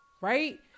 right